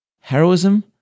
Heroism